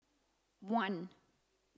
one